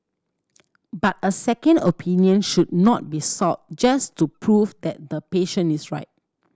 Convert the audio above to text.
but a second opinion should not be sought just to prove that the patient is right